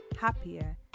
happier